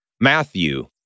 Matthew